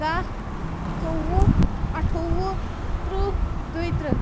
کاہ ژوٚوُہ اَٹھوُہ تٕرٛہ دۄیہِ تٕرٛہ